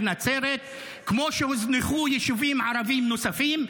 נצרת כמו שהוזנחו יישובים ערביים נוספים.